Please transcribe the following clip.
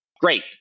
Great